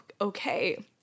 okay